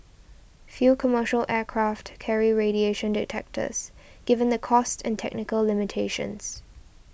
few commercial aircraft carry radiation detectors given the costs and technical limitations